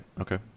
okay